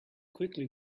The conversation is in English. quickly